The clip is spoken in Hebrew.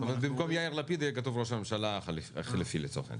מאיזה סעיף